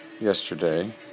yesterday